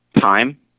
Time